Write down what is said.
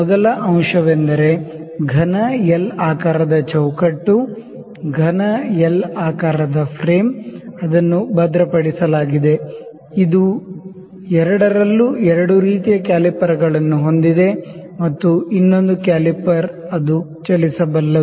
ಮೊದಲ ಅಂಶವೆಂದರೆ ಘನ ಎಲ್ ಆಕಾರದ ಚೌಕಟ್ಟು ಘನ ಎಲ್ ಆಕಾರದ ಫ್ರೇಮ್ ಅದನ್ನು ಭದ್ರ ಪಡಿಸಲಾಗಿದೆಇದು ಎರಡರಲ್ಲೂ ಎರಡು ರೀತಿಯ ಕ್ಯಾಲಿಪರ್ಗಳನ್ನು ಹೊಂದಿದೆ ಮತ್ತು ಇನ್ನೊಂದು ಕ್ಯಾಲಿಪರ್ ಅದು ಚಲಿಸಬಲ್ಲದು